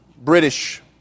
British